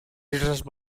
islas